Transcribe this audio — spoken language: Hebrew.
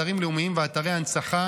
אתרים לאומיים ואתרי הנצחה